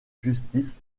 justice